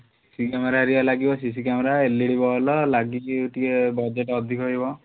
C C camera ହେରିକା ଲାଗିବ C C camera L E D bulb ଲାଗିକି ଟିକେ ବଜେଟ୍ ଅଧିକ ରହିବ